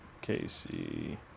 Casey